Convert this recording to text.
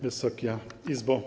Wysoka Izbo!